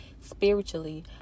Spiritually